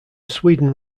sweden